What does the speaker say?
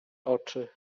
oczy